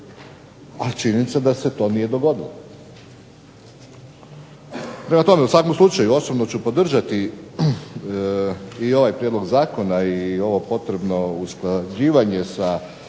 a činjenica da se to nije dogodilo. Prema tome, u svakom slučaju osobno ću podržati i ovaj prijedlog zakona i ovo potrebno usklađivanje sa